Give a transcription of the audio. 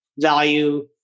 value